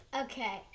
Okay